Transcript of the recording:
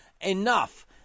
enough